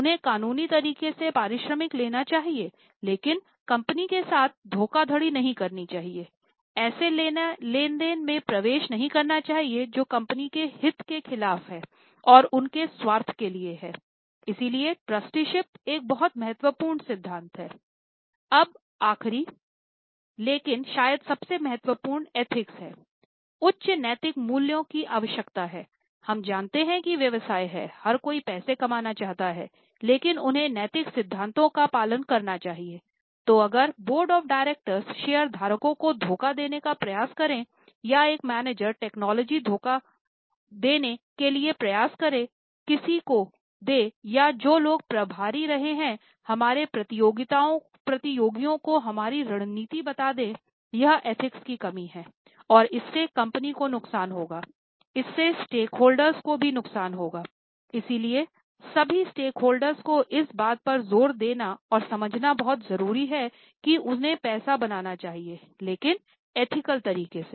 और आखिरी लेकिन शायद सबसे महत्वपूर्ण एथिक्स तरीके से